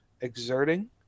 exerting